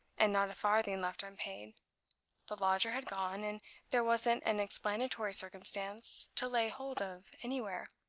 and not a farthing left unpaid the lodger had gone, and there wasn't an explanatory circumstance to lay hold of anywhere.